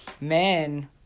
man